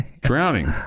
Drowning